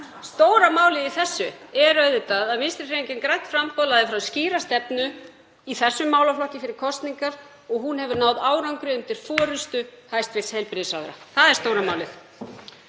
Stóra málið í þessu er auðvitað að Vinstrihreyfingin – grænt framboð lagði fram skýra stefnu í þessum málaflokki fyrir kosningar og hún hefur náð árangri undir forystu hæstv. heilbrigðisráðherra. Það er stóra málið.